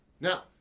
now